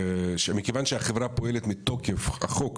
מכיוון שהחברה פועלת מתוקף החוק,